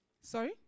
Sorry